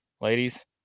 ladies